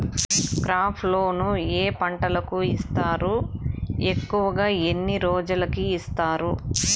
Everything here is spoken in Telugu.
క్రాప్ లోను ఏ పంటలకు ఇస్తారు ఎక్కువగా ఎన్ని రోజులకి ఇస్తారు